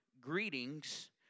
greetings